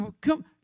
come